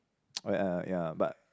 oh ya ya but